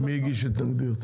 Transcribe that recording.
מי הגיש התנגדויות?